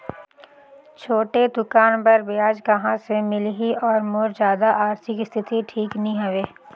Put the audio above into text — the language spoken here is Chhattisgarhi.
छोटे दुकान बर ब्याज कहा से मिल ही और मोर जादा आरथिक स्थिति ठीक नी हवे?